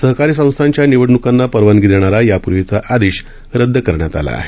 सहकारी संस्थांच्या निवडण्कांना परवानगी देणारा यापूर्वीचा आदेश रद्द करण्यात आला आहे